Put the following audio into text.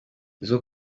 izo